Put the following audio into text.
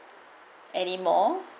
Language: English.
anymore